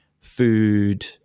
food